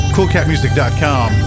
CoolCatMusic.com